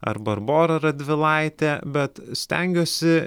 ar barbora radvilaitė bet stengiuosi